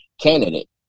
candidate